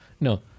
No